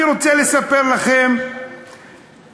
אני רוצה לספר לכם סיפור,